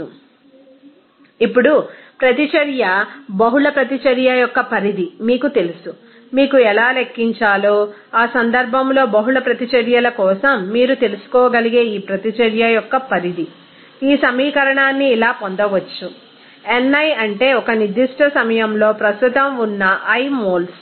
refer slide time 1723 ఇప్పుడు ప్రతిచర్య బహుళ ప్రతిచర్య యొక్క పరిధి మీకు తెలుసు మీకు ఎలా లెక్కించాలో ఆ సందర్భంలో బహుళ ప్రతిచర్యల కోసం మీరు తెలుసుకోగలిగే ఈ ప్రతిచర్య యొక్క పరిధి ఈ సమీకరణాన్ని ఇలా పొందవచ్చు ni అంటే ఒక నిర్దిష్ట సమయంలో ప్రస్తుతం ఉన్న i మోల్స్